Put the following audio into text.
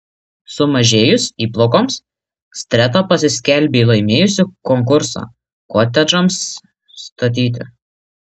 sumažėjus įplaukoms streta pasiskelbė laimėjusi konkursą kotedžams statyti